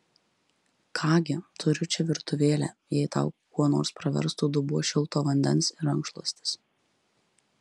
ką gi turiu čia virtuvėlę jei tau kuo nors praverstų dubuo šilto vandens ir rankšluostis